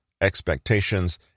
expectations